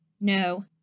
No